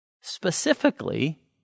specifically